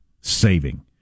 saving